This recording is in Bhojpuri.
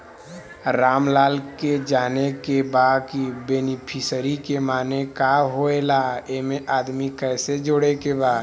रामलाल के जाने के बा की बेनिफिसरी के माने का का होए ला एमे आदमी कैसे जोड़े के बा?